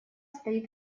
стоит